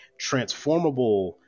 transformable